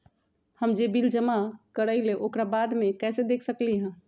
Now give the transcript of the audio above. हम जे बिल जमा करईले ओकरा बाद में कैसे देख सकलि ह?